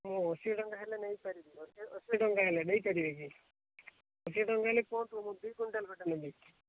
ମୁଁ ଅଶୀ ଟଙ୍କା ହେଲେ ନେଇ ପାରିବି ଅଶୀ ଟଙ୍କା ହେଲେ ନେଇ ପାରିବିନି କି ଅଶୀ ଟଙ୍କା ହେଲେ ଦୁଇ କ୍ୱିଣ୍ଟାଲ୍ ନେବି